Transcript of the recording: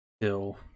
till